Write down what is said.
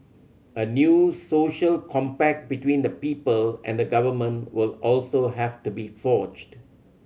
a new social compact between the people and the government will also have to be forged